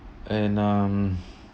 and um